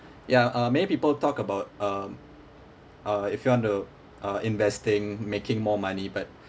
ya uh many people talk about um uh if you want to uh investing making more money but